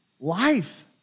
life